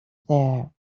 there